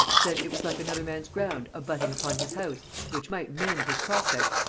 that it was like another man's ground abutting upon his house, which might mend his prospect,